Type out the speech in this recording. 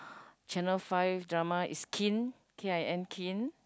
channel five drama is kin K I N kin